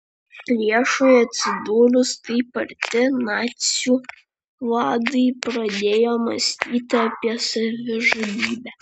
priešui atsidūrus taip arti nacių vadai pradėjo mąstyti apie savižudybę